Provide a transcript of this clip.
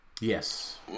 Yes